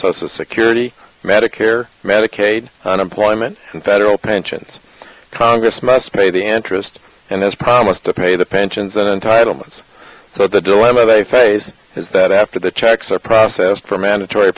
social security medicare medicaid and employment in federal pensions congress must pay the interest and his promise to pay the pensions and entitlements so the dilemma they face is that after the checks are processed for mandatory